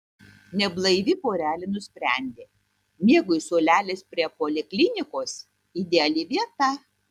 neblaivi porelė nusprendė miegui suolelis prie poliklinikos ideali vieta